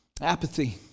apathy